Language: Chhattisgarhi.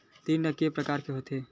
ऋण के प्रकार के होथे?